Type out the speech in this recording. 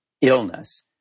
illness